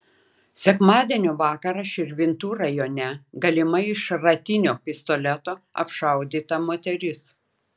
sekmadienio vakarą širvintų rajone galimai iš šratinio pistoleto apšaudyta moteris